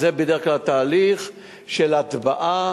זה בדרך כלל התהליך של הטבעה,